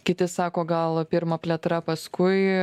kiti sako gal pirma plėtra paskui